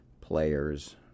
players